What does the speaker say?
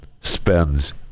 spends